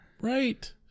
Right